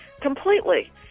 Completely